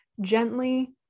gently